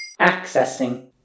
Accessing